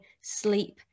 sleep